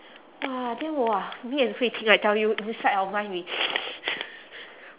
!wah! then !wah! me and hui ting I tell you inside our mind we